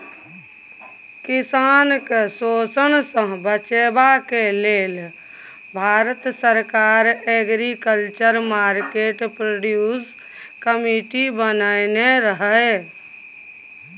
किसान केँ शोषणसँ बचेबा लेल भारत सरकार एग्रीकल्चर मार्केट प्रोड्यूस कमिटी बनेने रहय